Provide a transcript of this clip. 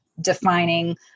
defining